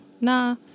Nah